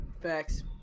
Facts